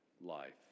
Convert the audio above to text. Life